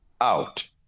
out